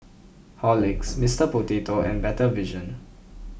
Horlicks Mister Potato and Better Vision